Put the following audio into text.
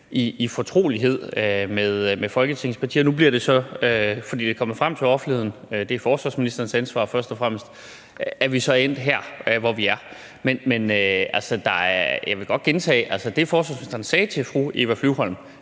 i fortrolighed med Folketingets partier. Nu er vi så – fordi det er kommet frem til offentligheden, og det er først og fremmest forsvarsministerens ansvar – endt her, hvor vi er. Men altså, jeg vil godt gentage: Det, forsvarsministeren sagde til fru Eva Flyvholm,